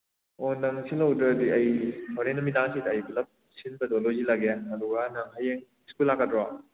ꯑꯣ ꯅꯪ ꯁꯤꯜꯍꯧꯗ꯭ꯔꯗꯤ ꯑꯩ ꯍꯣꯔꯦꯟ ꯅꯨꯃꯤꯗꯥꯡꯁꯤꯗ ꯑꯩ ꯄꯨꯂꯞ ꯁꯤꯜꯕꯗꯣ ꯂꯣꯏ ꯁꯤꯜꯂꯒꯦ ꯑꯗꯨꯒ ꯅꯪ ꯍꯌꯦꯡ ꯁ꯭ꯀꯨꯜ ꯂꯥꯛꯀꯗ꯭ꯔꯣ